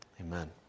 Amen